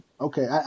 okay